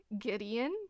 gideon